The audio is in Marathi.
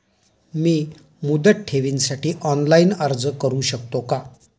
मी मुदत ठेवीसाठी ऑनलाइन अर्ज करू शकतो का?